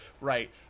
right